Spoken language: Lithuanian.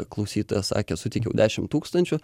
klausytojas sakė suteikiau dešimt tūkstančių